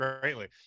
greatly